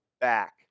back